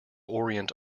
orient